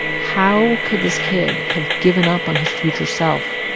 how could this kid have given up on his future self?